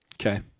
Okay